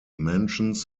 mentions